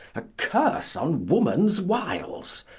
a curse on woman's wiles!